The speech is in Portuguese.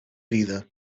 vida